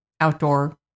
outdoor